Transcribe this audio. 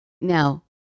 Now